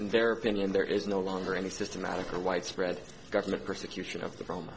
their opinion there is no longer any systematic or widespread government persecution of the problem